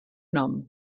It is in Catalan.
nom